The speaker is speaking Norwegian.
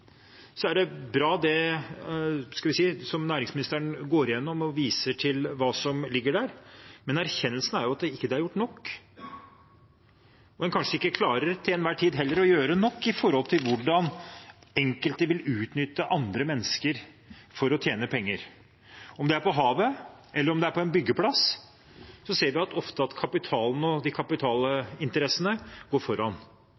Det er bra at næringsministeren går igjennom og viser til det som ligger der, men erkjennelsen er at det ikke er gjort nok. En klarer kanskje ikke til enhver tid, heller, å gjøre nok med hensyn til hvordan enkelte vil utnytte andre mennesker for å tjene penger. Om det er på havet eller på en byggeplass, ser vi ofte at kapitalen og kapitalinteressene går foran.